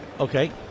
okay